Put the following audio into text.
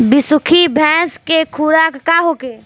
बिसुखी भैंस के खुराक का होखे?